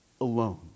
alone